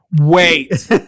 Wait